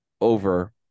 over